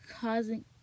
causing